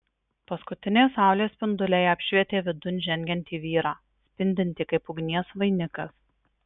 paskutiniai saulės spinduliai apšvietė vidun žengiantį vyrą spindintį kaip ugnies vainikas